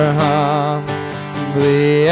humbly